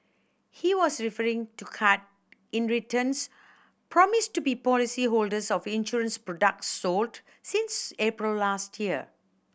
he was referring to cut in returns promised to be policy holders of insurance products sold since April last year